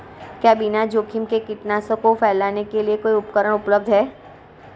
क्या बिना जोखिम के कीटनाशकों को फैलाने के लिए कोई उपकरण उपलब्ध है?